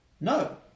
No